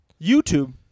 youtube